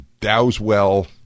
Dowswell